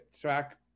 track